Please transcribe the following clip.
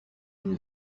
une